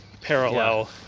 parallel